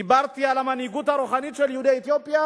דיברתי על המנהיגות הרוחנית של יהודי אתיופיה,